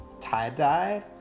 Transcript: tie-dye